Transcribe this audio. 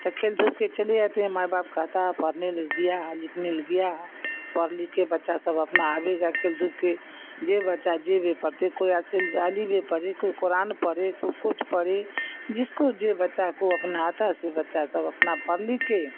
تو کھیل دھوپ کے چلے جاتے ہیں مائی باپ کہتا ہے پڑھنے لکھ دیا ہے لکھنے لی گیا ہے پڑھ لکھ کے بچہ سب اپنا آئے گا کھیل دھوپ کے جو بچہ جو بھی پڑھتے کوئی اصل عالبے پڑھے کوئی قرآن پڑھے کوئی کچھ پڑھے جس کو جو بچہ کو اپنا آتا ہے سے بچہ سب اپنا پڑھ لکھ کے